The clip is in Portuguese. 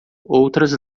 outras